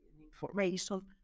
information